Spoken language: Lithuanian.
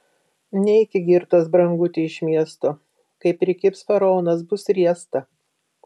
neiki girtas branguti iš miesto kai prikibs faraonas bus riesta